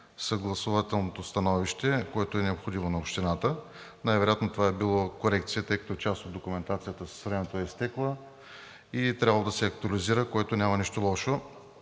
съгласуваното становище, което е необходимо на Общината. Най вероятно това е било корекция, тъй като част от документацията с времето е изтекла и е трябвало да се актуализира, в което няма нищо лошо,